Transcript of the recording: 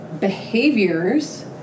behaviors